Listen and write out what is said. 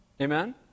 Amen